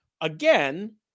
Again